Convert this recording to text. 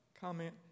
comment